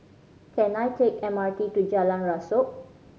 can I take M R T to Jalan Rasok